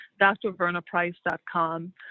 drvernaprice.com